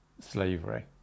slavery